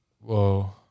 Whoa